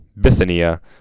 Bithynia